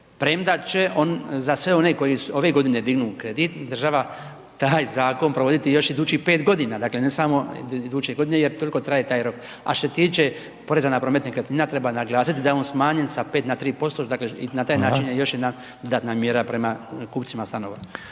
premda će za sve one koji ove godine dignu kredit država taj zakon provoditi još idućih 5 godine, dakle ne samo iduće godine jer toliko traje taj rok. A što se tiče poreza na promet nekretnina treba naglasiti da je on smanjen sa 5 na 3%, dakle na taj način je još jedna dodatna mjera prema kupcima stanova.